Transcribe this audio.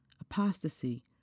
apostasy